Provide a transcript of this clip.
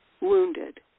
wounded